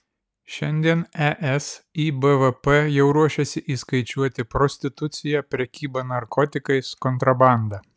šiandien es į bvp jau ruošiasi įskaičiuoti prostituciją prekybą narkotikais kontrabandą